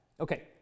Okay